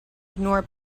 ignore